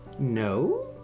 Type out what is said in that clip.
No